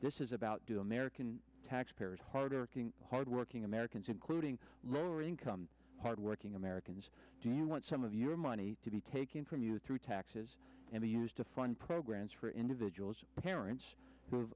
this is about do american taxpayers harder hard working americans including lower income hardworking americans do you want some of your money to be taken from you through taxes and they used to fund programs for individuals parents